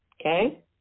okay